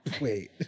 Wait